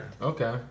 okay